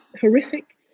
Horrific